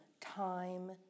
time